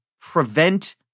prevent